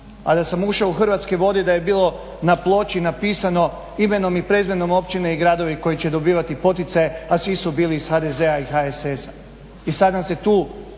A da sam ušao u Hrvatske vode i da je bilo na ploči napisano imenom i prezimenom općine i gradovi koji će dobivati poticaje, a svi su bili iz HDZ-a i HSS-a i sad nam se tu